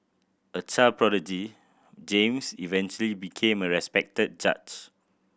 a child prodigy James eventually became a respected judge